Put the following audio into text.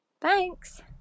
Thanks